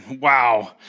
wow